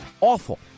awful